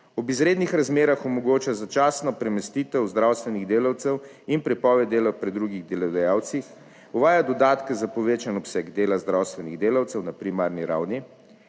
ob izrednih razmerah omogoča začasno premestitev zdravstvenih delavcev in prepoved dela pri drugih delodajalcih; uvaja dodatke za povečan obseg dela zdravstvenih delavcev na primarni ravni;